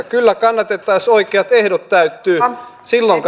kyllä kannatamme jos oikeat ehdot täyttyvät silloin